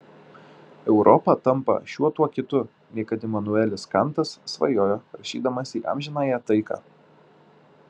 europa tampa šiuo tuo kitu nei kad imanuelis kantas svajojo rašydamas į amžinąją taiką